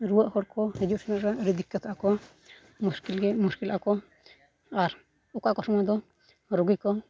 ᱨᱩᱣᱟᱹᱜ ᱦᱚᱲ ᱠᱚ ᱦᱤᱡᱩᱜ ᱥᱮᱱᱚᱜ ᱨᱮ ᱟᱹᱰᱤ ᱫᱤᱠᱠᱟᱹᱛᱚᱜᱼᱟ ᱠᱚ ᱢᱩᱥᱠᱤᱞ ᱜᱮ ᱢᱩᱥᱠᱤᱞᱚᱜᱼᱟ ᱠᱚ ᱟᱨ ᱚᱠᱟ ᱚᱠᱟ ᱥᱚᱢᱚᱭ ᱫᱚ ᱨᱩᱜᱤ ᱠᱚ